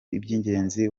iby’ingenzi